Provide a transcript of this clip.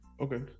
Okay